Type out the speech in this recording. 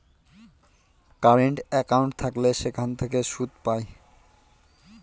current account থাকলে সেখান থেকে সুদ পায়